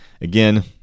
Again